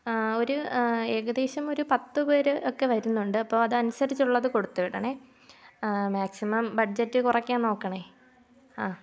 ഒരു ഏകദേശം ഒരു പത്തു പേരൊക്കെ വരുന്നുണ്ട് അപ്പോൾ അതനുസരിച്ചുള്ളത് കൊടുത്തു വിടണേ ആ മാക്സിമം ബഡ്ജറ്റ് കുറക്കാൻ നോക്കണേ ആ